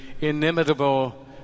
inimitable